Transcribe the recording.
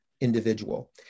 individual